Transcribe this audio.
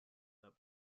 that